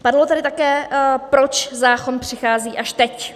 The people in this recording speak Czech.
Padlo tady také, proč zákon přichází až teď.